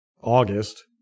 August